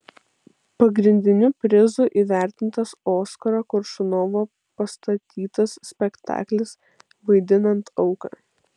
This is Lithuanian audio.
pagrindiniu prizu įvertintas oskaro koršunovo pastatytas spektaklis vaidinant auką